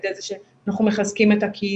על ידי זה שאנחנו מחזקים את הקהילה,